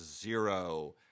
Zero